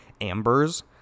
ambers